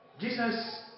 Jesus